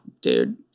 dude